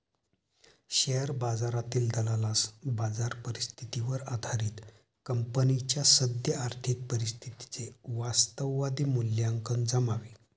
share बाजारातील दलालास बाजार परिस्थितीवर आधारित कंपनीच्या सद्य आर्थिक परिस्थितीचे वास्तववादी मूल्यांकन जमावे